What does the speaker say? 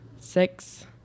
six